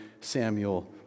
Samuel